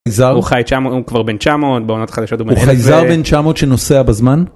‫הוא חי 900 הוא כבר בן 900 בעונות חדשות. ‫-הוא חייזר בן 900 שנוסע בזמן?